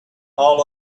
all